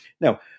Now